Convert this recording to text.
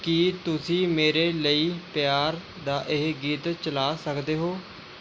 ਕੀ ਤੁਸੀਂ ਮੇਰੇ ਲਈ ਪਿਆਰ ਦਾ ਇਹ ਗੀਤ ਚਲਾ ਸਕਦੇ ਹੋ